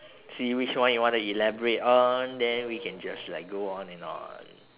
see which one you want to elaborate on then we can just like go on and on